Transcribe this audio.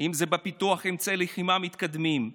אם זה בפיתוח אמצעי לחימה מתקדמים,